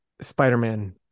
Spider-Man